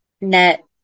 net